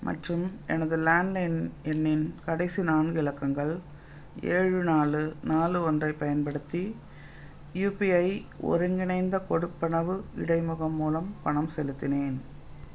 மற்றும் எனது லேண்ட்லைன் எண்ணின் கடைசி நான்கு இலக்கங்கள் ஏழு நாலு நாலு ஒன்றைப் பயன்படுத்தி யுபிஐ ஒருங்கிணைந்த கொடுப்பனவு இடைமுகம் மூலம் பணம் செலுத்தினேன்